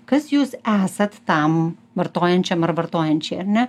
kas jūs esat tam vartojančiam ar vartojančiai ar ne